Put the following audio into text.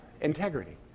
integrity